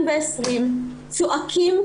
צועקים,